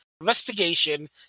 investigation